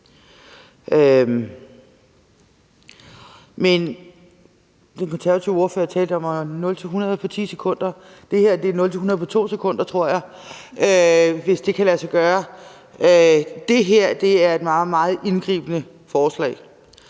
Den konservative ordfører talte om at gå fra 0 til 100 på 10 sekunder. Det her er at gå fra 0 til 100 på 2 sekunder, tror jeg, hvis det kan lade sig gøre. Det her er et meget, meget indgribende forslag.